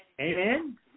Amen